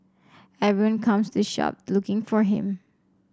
everyone comes to the shop looking for him